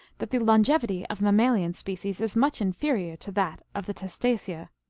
that the longevity of mammalian species is much inferior to that of the testacea.